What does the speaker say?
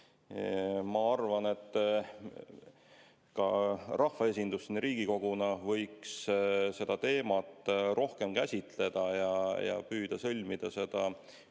Ma arvan, et ka rahvaesindus Riigikoguna võiks seda teemat rohkem käsitleda ja püüda sõlmida